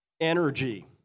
energy